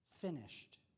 finished